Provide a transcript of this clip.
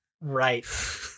Right